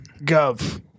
Gov